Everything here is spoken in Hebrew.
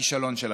מהכישלון שלכם.